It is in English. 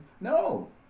No